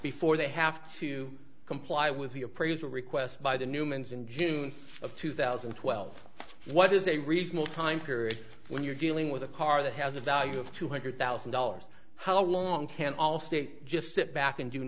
before they have to comply with the appraisal request by the newmans in june of two thousand and twelve what is a reasonable time period when you're dealing with a car that has a value of two hundred thousand dollars how long can all state just sit back and do